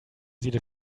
sieht